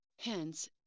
Hence